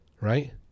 right